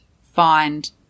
find